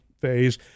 phase